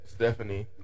Stephanie